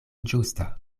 ĝusta